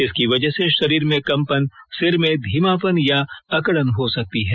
इसकी वजह से शरीर में कम्पन्न सिर में धीमापन या अकड़न हो सकती है